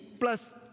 plus